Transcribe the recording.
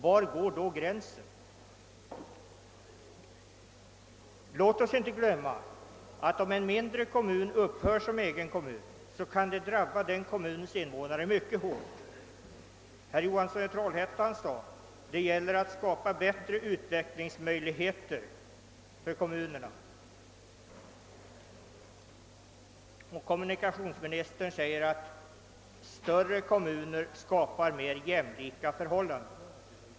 Vi får inte glömma bort att om en mindre kommun upphör som egen kommun kan detta drabba den kommunens invånare mycket hårt. Herr Johansson i Trollhättan sade att det gäller att skapa bättre utvecklingsmöjligheter för kommunerna. Kommunikationsministern säger att större kommuner skapar mer jämlika förhållanden.